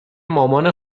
مامان